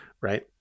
right